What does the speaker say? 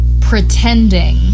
pretending